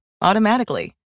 automatically